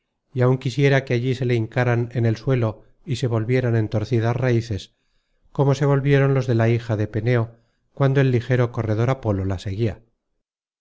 y áun quisiera que allí se le hincaran en el suelo y se volvieran en torcidas raíces como se volvieron los de la hija de peneo cuando el ligero corredor apolo la seguia